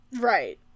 Right